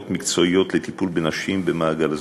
מקצועיות לטיפול בנשים במעגל הזנות,